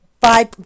five